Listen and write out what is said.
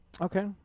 okay